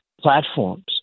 platforms